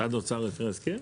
משרד האוצר הפר הסכם?